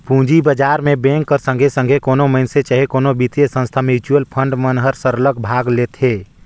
पूंजी बजार में बेंक कर संघे संघे कोनो मइनसे चहे कोनो बित्तीय संस्था, म्युचुअल फंड मन हर सरलग भाग लेथे